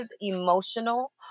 emotional